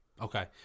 Okay